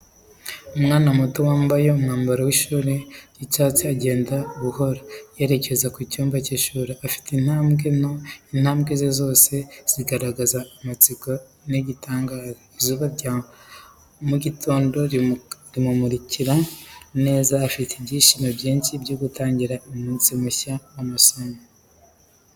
Umwana muto wambaye umwambaro w’ishuri w’icyatsi agenda buhoro, yerekeza mu cyumba cy’ishuri, afite intambwe nto. Intambwe ze zose zigaragaza amatsiko n’igitangaza. Izuba rya mu gitondo rimumurikira neza, afite ibyishimo byinshi byo gutangira umunsi mushya w’amasomo.